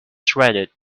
shredded